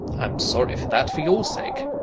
i'm sorry for that, for your sake.